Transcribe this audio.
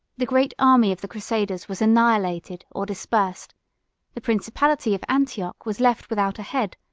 the great army of the crusaders was annihilated or dispersed the principality of antioch was left without a head,